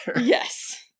Yes